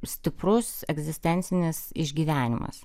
stiprus egzistencinis išgyvenimas